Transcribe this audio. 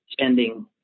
spending